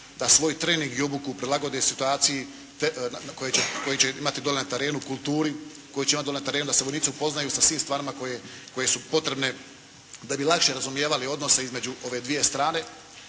da svoj trening i obuku prilagode situaciji koju će imati dole na terenu, kulturi koju će imati dole na terenu, da se vojnici upoznaju sa svim stvarima koje su potrebne da bi lakše razumijevali odnose između ove dvije strane